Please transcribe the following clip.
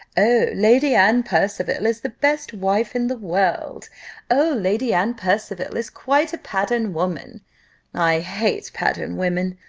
oh, lady anne percival is the best wife in the world oh, lady anne percival is quite a pattern woman i hate pattern women.